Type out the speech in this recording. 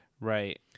right